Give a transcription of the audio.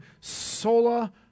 sola